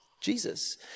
Jesus